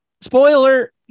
spoiler